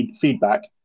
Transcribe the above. feedback